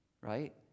right